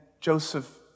Joseph